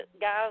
guys